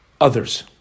Others